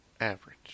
average